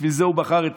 בשביל זה נבחרנו לעם,